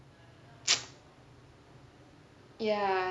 ya